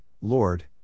Lord